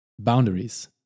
Boundaries